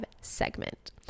segment